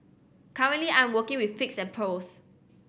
currently I am working with figs and pears